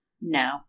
No